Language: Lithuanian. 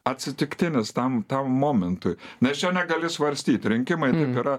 atsitiktinis tam tam momentui nes čia negali svarstyt rinkimai taip yra